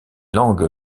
langues